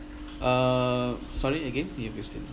err sorry again your question